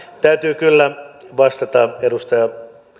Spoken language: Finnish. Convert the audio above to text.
täytyy kyllä vastata edustaja